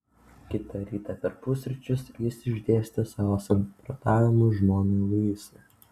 kitą rytą per pusryčius jis išdėstė savo samprotavimus žmonai luisai